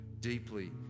deeply